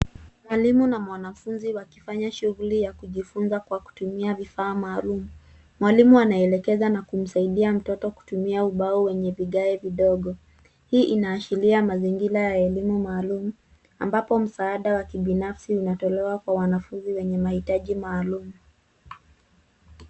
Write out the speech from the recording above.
Mwalimu na mwanafunzi wakifanya shughuli ya kujifunza kwa kutumia vifaa maalum. Mwalimu anaelekeza na kumsaidia mtoto kutumia ubao wenye vigae vidogo. Hii inaashiria mazingira ya elimu maalum ambapo msaada wa kibinafsi unatolewa kwa wanafunzi wenye mahitaji maalum.